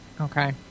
Okay